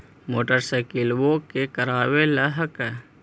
मोटरसाइकिलवो के करावे ल हेकै?